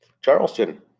Charleston